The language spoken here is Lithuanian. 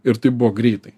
ir tai buvo greitai